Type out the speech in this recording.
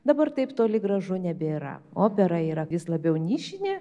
dabar taip toli gražu nebėra opera yra vis labiau nišinė